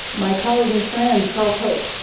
my colleague and friend, carl pope.